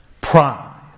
pride